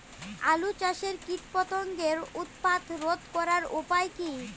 আলু চাষের কীটপতঙ্গের উৎপাত রোধ করার উপায় কী?